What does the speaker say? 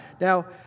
Now